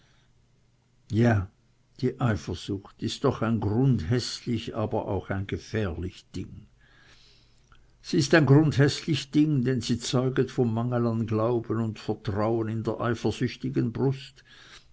ja die eifersucht ist doch ein grundhäßlich aber auch ein gefährlich ding sie ist ein grundhäßlich ding denn sie zeuget vom mangel an glauben und vertrauen in der eifersüchtigen brust